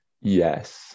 Yes